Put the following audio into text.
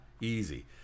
Easy